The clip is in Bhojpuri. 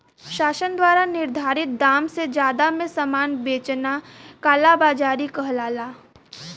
शासन द्वारा निर्धारित दाम से जादा में सामान बेचना कालाबाज़ारी कहलाला